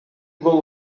гол